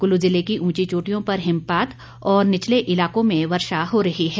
कुल्लू जिले की ऊंची चोटियों पर हिमपात और निचले इलाकों में वर्षा हो रही है